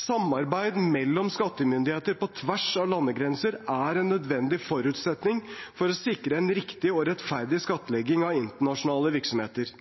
Samarbeid mellom skattemyndigheter på tvers av landegrensene er en nødvendig forutsetning for å sikre en riktig og rettferdig skattlegging av internasjonale virksomheter.